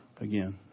again